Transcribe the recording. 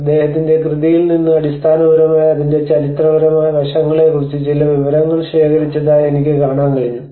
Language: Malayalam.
അദ്ദേഹത്തിന്റെ കൃതിയിൽ നിന്ന് അടിസ്ഥാനപരമായി അതിന്റെ ചരിത്രപരമായ വശങ്ങളെക്കുറിച്ച് ചില വിവരങ്ങൾ ശേഖരിച്ചതായി എനിക്ക് കാണാൻ കഴിഞ്ഞു